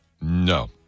No